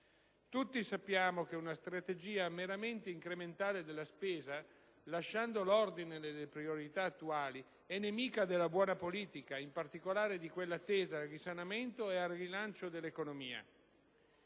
Tutti sappiamo che una strategia meramente incrementale della spesa, lasciando l'ordine delle priorità attuali, è nemica della buona politica, in particolare di quella tesa al risanamento ed al rilancio dell'economia.